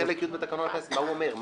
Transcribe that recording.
בחלק י' בתקנון הכנסת, מה הוא אומר?